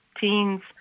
teens